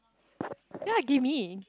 ya give me